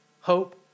hope